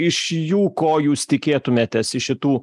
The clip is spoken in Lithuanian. iš jų ko jūs tikėtumėtės iš šitų